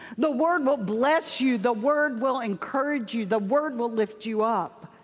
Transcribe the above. the word will bless you. the word will encourage you. the word will lift you up.